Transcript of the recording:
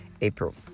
april